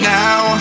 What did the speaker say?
now